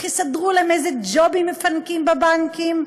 יסדרו להם איזה ג'ובים מפנקים בבנקים,